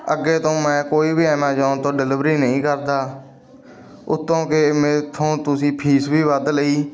ਅੱਗੇ ਤੋਂ ਮੈਂ ਕੋਈ ਵੀ ਐਮਾਜੋਨ ਤੋਂ ਡਿਲੀਵਰੀ ਨਹੀਂ ਕਰਦਾ ਉੱਤੋਂ ਕੇ ਮੇਰੇ ਤੋਂ ਤੁਸੀਂ ਫੀਸ ਵੀ ਵੱਧ ਲਈ